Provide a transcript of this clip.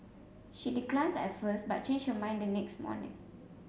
she declined at first but changed her mind the next morning